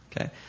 Okay